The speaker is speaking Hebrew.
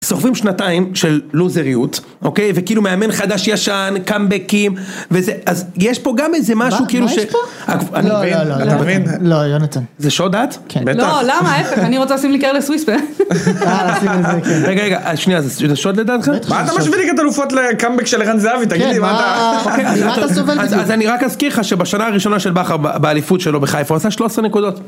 סוחבים שנתיים של לוזריות אוקיי וכאילו מאמן חדש ישן קאמבקים וזה אז יש פה גם איזה משהו מה יש פה? כאילו שאתה מבין לא יונתן זה שוד את. לא למה אני רוצה לשים לי קרלס וויספר. אז שנייה זה שוד לדעתכם? מה אתה משווה ליגת אלופות לקאמבק של ערן זהבי תגיד לי מה אתה סובבת לי? אז אני רק אזכיר לך שבשנה הראשונה של בכר באליפות שלו בחיפה הוא עשה 13 נקודות.